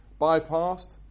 bypassed